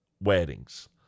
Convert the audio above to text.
weddings